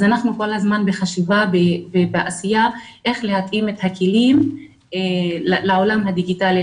אז אנחנו כל הזמן בחשיבה ובעשייה איך להתאים את הכלים לעולם הדיגיטלי,